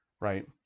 right